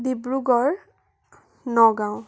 Dibrugarh Nagaon